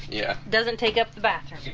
yeah doesn't take up the bathroom